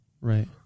Right